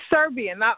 Serbian